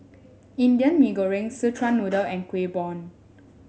Indian Mee Goreng Szechuan Noodle and Kueh Bom